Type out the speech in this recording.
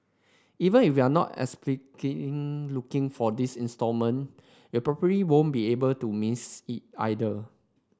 even if you are not explicitly looking for this installment you probably won't be able to miss it either